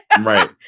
Right